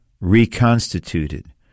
reconstituted